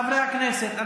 חברי הכנסת,